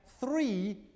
three